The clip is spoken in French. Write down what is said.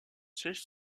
siège